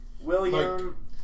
William